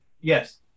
Yes